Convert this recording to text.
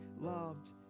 loved